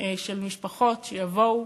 של מספר המשפחות שיבואו